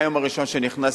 מהיום הראשון שנכנסתי,